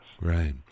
Right